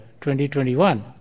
2021